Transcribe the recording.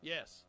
Yes